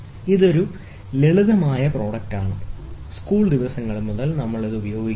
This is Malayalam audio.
ഇതൊരു ലളിതമായ പ്രൊട്ടാക്റ്ററാണ് സ്കൂൾ ദിവസങ്ങളിൽ നമ്മൾ ഇത് ഉപയോഗിക്കുന്നു